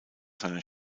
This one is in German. seiner